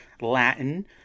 Latin